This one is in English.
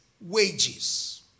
wages